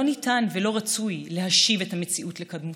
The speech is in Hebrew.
לא ניתן ולא רצוי להשיב את המציאות לקדמותה.